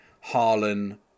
Harlan